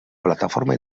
plataforma